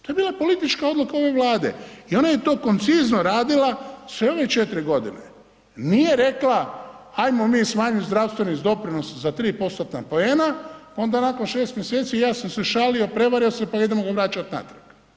To je bila politička odluka ove Vlade i ona je to koncizno radila sve ove 4 godine i nije rekla, ajmo mi smanjiti zdravstveni doprinos za 3 postotna poena, onda nakon 6 mjeseci ja sam se šalio, prevario se, pa idemo ga vraćati natrag.